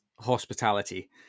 hospitality